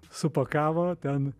supakavo ten